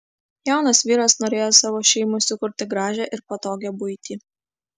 jaunas vyras norėjo savo šeimai sukurti gražią ir patogią buitį